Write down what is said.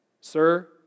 Sir